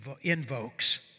invokes